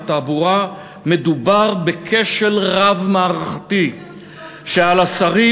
התעבורה מדובר בכשל רב-מערכתי שעל השרים